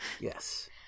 Yes